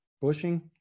bushing